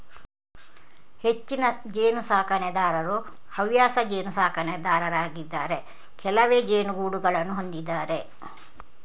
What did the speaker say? ಹೆಚ್ಚಿನ ಜೇನು ಸಾಕಣೆದಾರರು ಹವ್ಯಾಸ ಜೇನು ಸಾಕಣೆದಾರರಾಗಿದ್ದಾರೆ ಕೆಲವೇ ಜೇನುಗೂಡುಗಳನ್ನು ಹೊಂದಿದ್ದಾರೆ